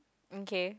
okay